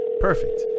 Perfect